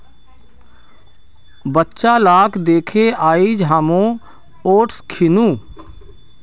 बच्चा लाक दखे आइज हामो ओट्स खैनु